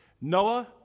Noah